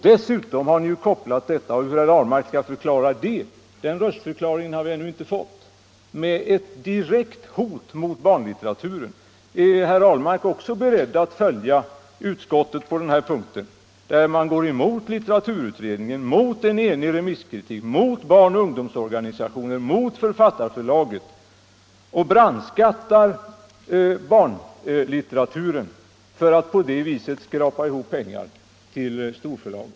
Dessutom har ni ju kopplat detta —- och någon röstförklaring där har vi ännu inte fått från herr Ahlmark — med ett direkt hot mot barnlitteraturen. Är herr Ahlmark också beredd att följa utskottsmajoriteten på denna punkt, där man går emot litteraturutredningen, emot en enig remisskritik, emot barnoch ungdomsorganisationer, emot Författarförbundet och brandskattar barnlitteraturen för att på det viset skrapa ihop pengar till storförlagen.